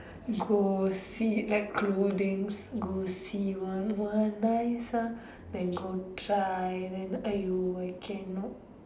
go see like clothing go see !wah! !wah! nice ah then go try then !aiyo! I cannot